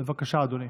בבקשה, אדוני.